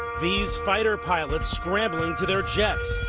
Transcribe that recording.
these fighter pilots scrambling to their jets.